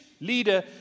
leader